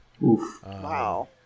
Wow